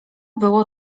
było